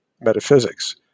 metaphysics